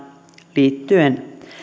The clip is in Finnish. liittyen